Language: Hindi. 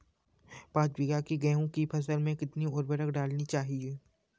पाँच बीघा की गेहूँ की फसल में कितनी उर्वरक डालनी चाहिए?